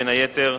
בין היתר,